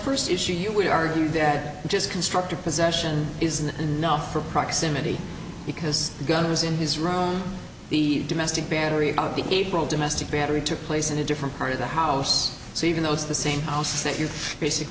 first issue you would argue they're just constructive possession isn't enough for proximity because the gun was in his room the domestic battery on the april domestic battery took place in a different part of the house so even though it's the same secure basic